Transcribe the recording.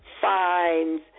fines